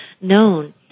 known